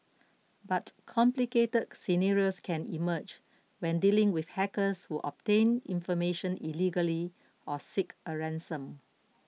but complicated scenarios can emerge when dealing with hackers who obtain information illegally or seek a ransom